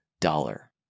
dollar